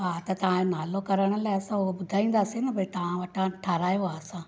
हा त तव्हांजो नालो करण लाइ असां उहो ॿुधाईंदासी न भई तव्हां वटां ठाहिरायो आहे असां